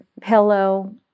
pillow